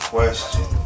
Question